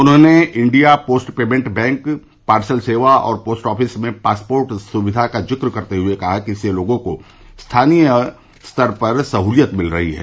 उन्होंने India post payment bank parcel सेवा और पोस्ट ऑफिस में पासपोर्ट सुविधा का जिक्र करते हुए कहा कि इससे लोगों को स्थानीय स्तर पर सहूलियत मिल रही है